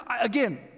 again